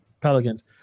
Pelicans